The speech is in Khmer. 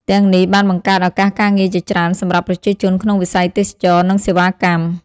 ទាំងនេះបានបង្កើតឱកាសការងារជាច្រើនសម្រាប់ប្រជាជនក្នុងវិស័យទេសចរណ៍ និងសេវាកម្ម។